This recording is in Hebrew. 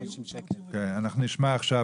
אנחנו נשמע עכשיו